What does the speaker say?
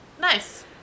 Nice